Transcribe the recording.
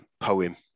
poem